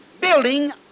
building